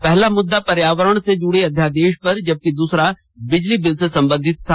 पहला मुद्दा पर्यावरण से जुडे अध्यादेश पर जबकि दूसरा बिजली बिल से संबंधित था